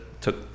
took